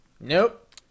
Nope